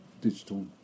digital